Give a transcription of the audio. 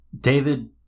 David